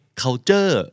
culture